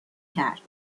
کرد